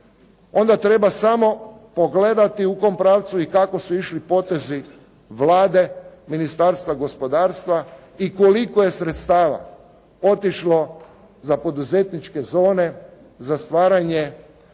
onda treba samo pogledati u kom pravcu i kako su išli potezi Vlade, Ministarstva gospodarstva i koliko je sredstava otišlo za poduzetničke zone, za stvaranje